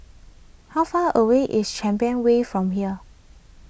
how far away is Champion Way from here